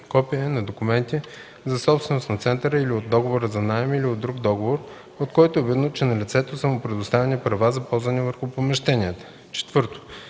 копие на документа за собственост на центъра или от договора за наем или от друг договор, от който е видно, че на лицето са му предоставени права за ползване върху помещенията; 4.